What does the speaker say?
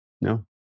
No